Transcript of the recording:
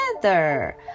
together